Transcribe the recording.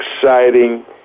exciting